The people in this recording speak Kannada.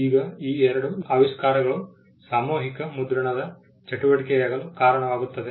ಈಗ ಈ ಎರಡು ಆವಿಷ್ಕಾರಗಳು ಸಾಮೂಹಿಕ ಮುದ್ರಣದ ಚಟುವಟಿಕೆಯಾಗಲು ಕಾರಣವಾಗುತ್ತದೆ